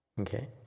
Okay